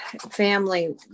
family